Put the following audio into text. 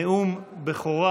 נאום בכורה